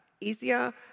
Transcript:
easier